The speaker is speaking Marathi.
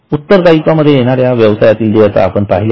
उत्तरदायीत्वामध्ये येणाऱ्या व्यवसायातील देयता आपण पहिल्या आहेत